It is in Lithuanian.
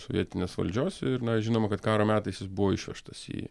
sovietinės valdžios ir na žinoma kad karo metais jis buvo išvežtas į